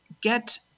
get